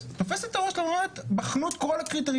תופסת את הראש ואומרת בחנו את כל הקריטריונים,